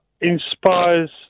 inspires